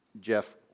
Jeff